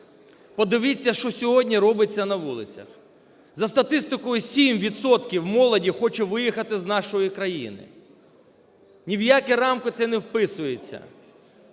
Подивіться, що сьогодні робиться на вулицях. За статистикою, 7 відсотків молоді хоче виїхати з нашої країни. Ні в які рамки це не вписується.